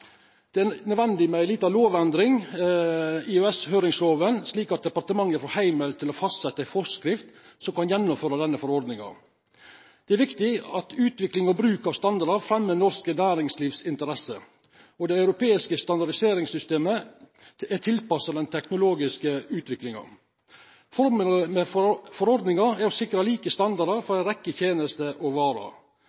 Det er nødvendig med ei lita lovendring i EØS-høyringsloven, slik at departementet får heimel til å fastsetja ei forskrift som kan gjennomføra denne forordninga. Det er viktig at utvikling og bruk av standardar fremmer norsk næringslivs interesser og at det europeiske standardiseringssystemet er tilpassa den teknologiske utviklinga. Formålet med forordninga er å sikra like